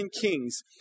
Kings